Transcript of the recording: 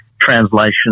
translation